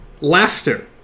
laughter